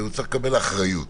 הוא צריך לקבל אחריות,